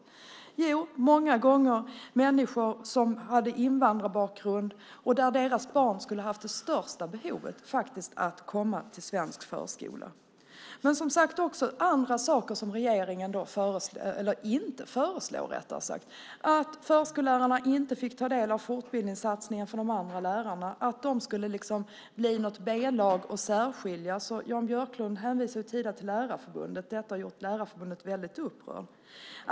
Det var många gånger människor som hade invandrarbakgrund. Deras barn skulle ha det största behovet att komma till en förskola. Det finns också andra saker som regeringen inte föreslår. Förskollärarna fick inte ta del av fortbildningssatsningen för de andra lärarna. De skulle bli något B-lag och särskiljas. Jan Björklund hänvisade tidigare till Lärarförbundet. Detta gjorde Lärarförbundet väldigt upprört.